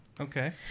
Okay